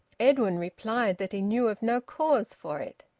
edwin replied that he knew of no cause for it.